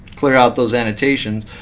clear out those annotations.